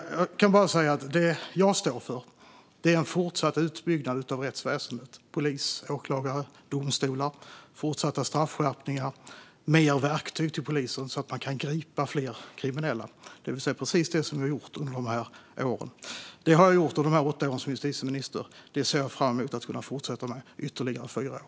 Det jag står för är en fortsatt utbyggnad av rättsväsendet - polis, åklagare och domstolar - fortsatta straffskärpningar och fler verktyg till polisen så att man kan gripa fler kriminella, det vill säga precis det vi har gjort dessa år. Detta har jag gjort under mina åtta år som justitieminister, och det ser jag fram emot att kunna fortsätta med i ytterligare fyra år.